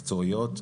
מקצועיות,